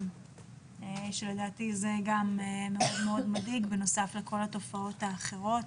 כאשר לדעתי גם זה נושא מאוד מדאיג בנוסף לכל התופעות האחרות.